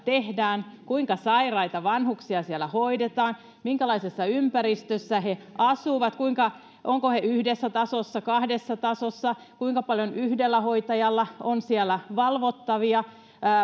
tehdään kuinka sairaita vanhuksia siellä hoidetaan minkälaisessa ympäristössä he asuvat ovatko he yhdessä tasossa kahdessa tasossa kuinka paljon yhdellä hoitajalla on siellä valvottavia